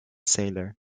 sailor